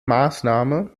maßnahme